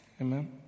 Amen